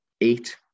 eight